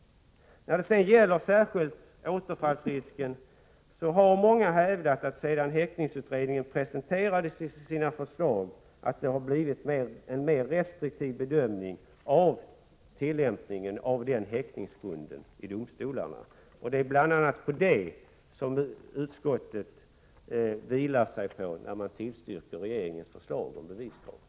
När det gäller återfallsrisken har många hävdat att det sedan häktningsutredningen presenterade sina förslag har blivit en mer restriktiv bedömning av tillämpningen av den häktningsgrunden i domstolarna. Det är bl.a. det som utskottet stöder sig på när man tillstyrker regeringens förslag om beviskravet.